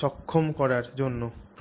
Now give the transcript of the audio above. সক্ষম করার জন্য প্রয়োজনীয়